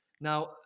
now